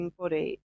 body